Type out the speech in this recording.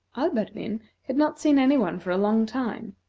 alberdin had not seen any one for a long time,